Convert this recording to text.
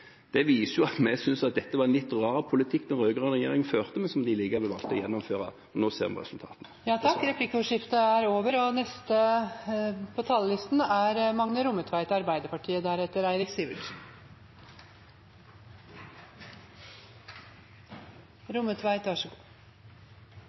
Det viser jo at vi syntes det var en litt rar politikk den rød-grønne regjeringen førte, men som de likevel valgte å gjennomføre. Nå ser vi resultatene. Replikkordskiftet er over. De talere som heretter får ordet, har en taletid på